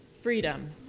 freedom